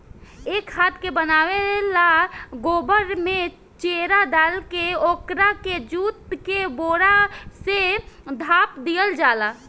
ए खाद के बनावे ला गोबर में चेरा डालके ओकरा के जुट के बोरा से ढाप दिहल जाला